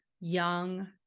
young